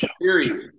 period